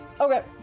Okay